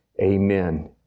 Amen